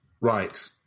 Right